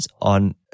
on